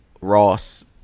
Ross